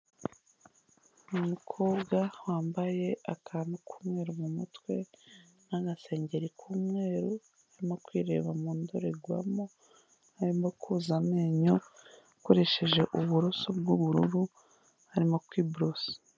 Umukobwa wambaye akantu ku mweru mu mutwe n'agasengeri ku mweru, arimo kwireba mu ndorerwamo, arimo koza amenyo akoresheje uburoso bw'ubururu, arimo kwiborosa.